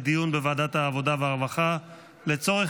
2024, לוועדת העבודה והרווחה נתקבלה.